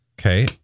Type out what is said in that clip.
Okay